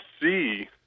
see